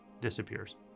disappears